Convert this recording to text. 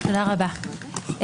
תודה רבה.